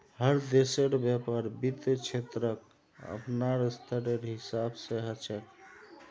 हर देशेर व्यापार वित्त क्षेत्रक अपनार स्तरेर हिसाब स ह छेक